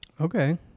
Okay